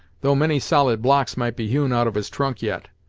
though many solid blocks might be hewn out of his trunk yet,